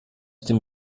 dem